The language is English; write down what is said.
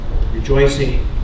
rejoicing